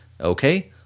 Okay